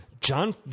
John